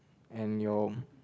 and your